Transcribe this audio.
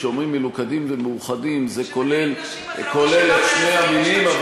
כשאומרים מלוכדים ומאוחדים זה כולל את שני המינים.